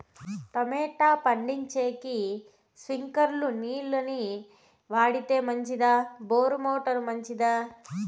Tomato పండించేకి స్ప్రింక్లర్లు నీళ్ళ ని వాడితే మంచిదా బోరు మోటారు మంచిదా?